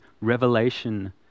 revelation